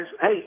Hey